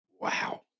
Wow